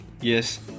yes